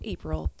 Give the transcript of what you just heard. April